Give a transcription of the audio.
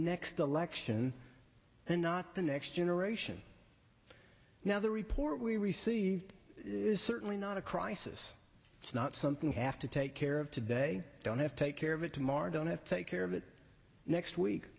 next election and not the next generation now the report we received is certainly not a crisis it's not something we have to take care of today don't have to take care of it tomorrow don't have to take care of it next week